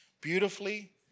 beautifully